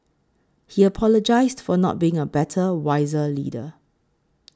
he apologised for not being a better wiser leader